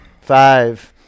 Five